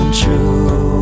true